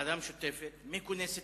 משותפת מכונסת